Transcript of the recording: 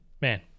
Man